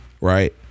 Right